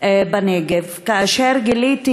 בנגב כאשר גיליתי,